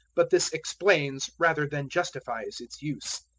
but this explains, rather than justifies, its use.